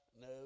no